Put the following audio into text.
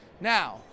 Now